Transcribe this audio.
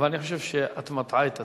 אבל אני חושב שאת מטעה את הציבור.